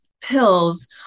pills